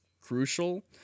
crucial